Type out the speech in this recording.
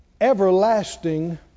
everlasting